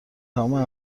تمام